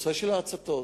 נושא ההצתות.